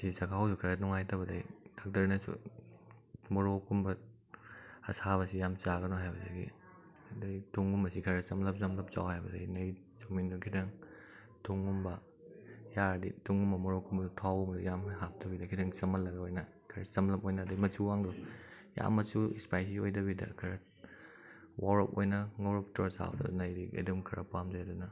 ꯉꯁꯤ ꯆꯈꯥꯎꯁꯨ ꯈꯔ ꯅꯨꯡꯉꯥꯏꯇꯕꯗꯩ ꯗꯣꯛꯇꯔꯅꯁꯨ ꯃꯣꯔꯣꯛꯀꯨꯝꯕ ꯑꯁꯥꯕꯁꯦ ꯌꯥꯝ ꯆꯥꯒꯅꯨ ꯍꯥꯏꯕꯗꯒꯤ ꯑꯗꯩ ꯊꯨꯝꯒꯨꯝꯕꯁꯦ ꯈꯔ ꯆꯝꯂꯞ ꯆꯝꯂꯞ ꯆꯥꯎ ꯍꯥꯏꯕꯗꯒꯤ ꯅꯣꯏ ꯆꯧꯃꯤꯟꯗꯨ ꯈꯤꯇꯪ ꯊꯨꯝꯒꯨꯝꯕ ꯌꯥꯔꯗꯤ ꯊꯨꯝꯒꯨꯝꯕ ꯃꯣꯔꯣꯛꯀꯨꯝꯕꯗꯣ ꯊꯥꯎ ꯌꯥꯝ ꯍꯥꯞꯇꯕꯤꯗ ꯈꯤꯇꯪ ꯆꯝꯃꯜꯂꯒ ꯑꯣꯏꯅ ꯈꯔ ꯆꯝꯂꯞ ꯑꯣꯏꯅ ꯑꯗꯩ ꯃꯆꯨꯒꯗꯣ ꯌꯥꯝ ꯃꯆꯨ ꯏꯁꯄꯥꯏꯁꯤ ꯑꯣꯏꯗꯕꯤꯗ ꯈꯔ ꯋꯥꯎꯔꯞ ꯑꯣꯏꯅ ꯉꯧꯔꯞ ꯇꯧꯔꯒ ꯆꯥꯕꯗꯨꯅ ꯑꯩꯗꯤ ꯑꯗꯨꯝ ꯈꯔ ꯄꯥꯝꯖꯩ ꯑꯗꯨꯅ